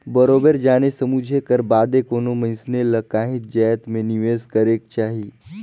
बरोबेर जाने समुझे कर बादे कोनो मइनसे ल काहींच जाएत में निवेस करेक जाही